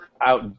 out